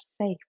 safe